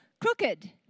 crooked